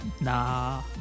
Nah